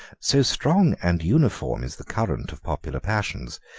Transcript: so strong and uniform is the current of popular passions,